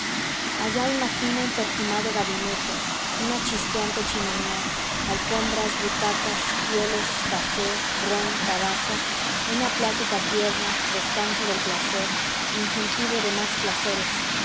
allá imagino un perfumado gabinete una chispeante chimenea alfombras butacas pieles café ron tabaco una plática tierna descanso del placer incentivo de más placeres